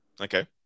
Okay